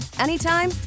anytime